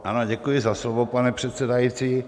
Ano, děkuji za slovo, pane předsedající.